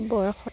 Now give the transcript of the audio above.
বয়সত